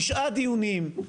תשעה דיונים,